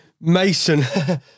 Mason